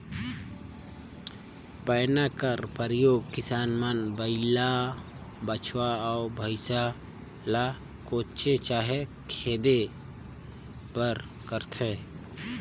पैना का परियोग किसान मन बइला, बछवा, अउ भइसा ल कोचे चहे खेदे बर करथे